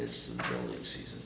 this season